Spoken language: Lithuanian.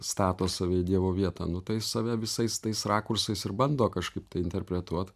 stato save į dievo vietą nu tai save visais tais rakursais ir bando kažkaip interpretuot